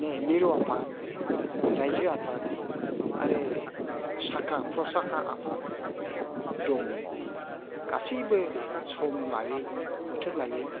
मिरु आफाद रायजो आफाद आरो साखा प्रसाखा आफाद दङ गासिबो सम लायै बोथोर लायै